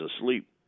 asleep